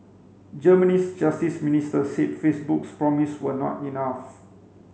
Germany's justice minister said Facebook's promise were not enough